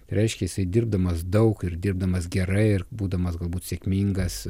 reiškia jisai dirbdamas daug ir dirbdamas gerai ir būdamas galbūt sėkmingas